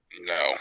No